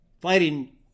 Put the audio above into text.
fighting